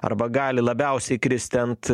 arba gali labiausiai kristi ant